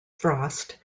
frost